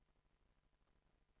רבים,